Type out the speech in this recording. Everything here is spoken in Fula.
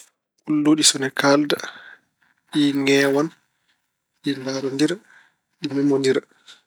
Ulluɗi so ine kaalda, ɗi ŋeewan, ɗi ndaarondira, ɗi memondira.